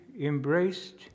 embraced